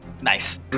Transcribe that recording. Nice